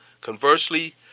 Conversely